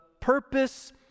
purpose